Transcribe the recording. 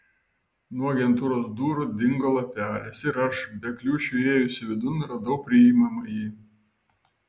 nuo agentūros durų dingo lapelis ir aš be kliūčių įėjusi vidun radau priimamąjį